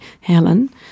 Helen